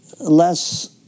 less